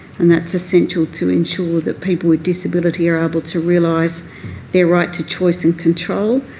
and that's essential to ensure that people with disability are able to realise their right to choice and control.